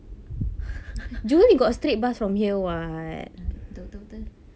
uh betul betul betul